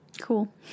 Cool